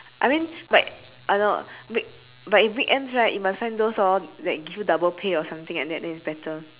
I mean like I know week but in weekends right you must sign those hor that give you double pay or something like that then it's better